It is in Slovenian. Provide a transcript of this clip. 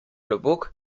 klobuk